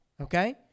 Okay